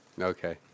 Okay